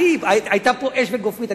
היו פה אש וגופרית.